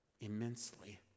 immensely